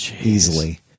easily